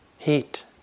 heat